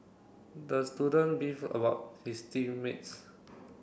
the student beefed about his team mates